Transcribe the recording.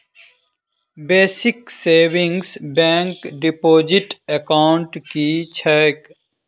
Basic savings bank deposit account की छैक?